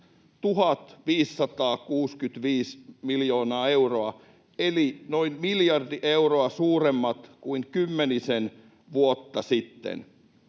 1 565 miljoonaa euroa, eli noin miljardi euroa suuremmat kuin kymmenisen vuotta sitten.